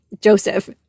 Joseph